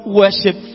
worship